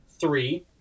Three